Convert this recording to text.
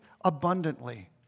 abundantly